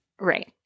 Right